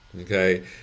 Okay